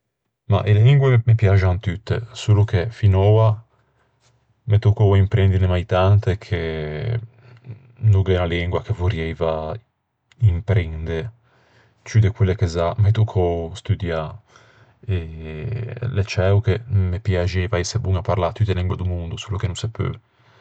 Mah, e lengue me piaxan tutte, solo che finoua m'é toccou imprendine mai tante che no gh'é unna lengua che vorrieiva imprende ciù de quelle che za m'é toccou studiâ. L'é ciæo che me piaxieiva ëse bon à parlâ tutte e lengue do mondo, solo che no se peu!